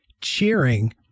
cheering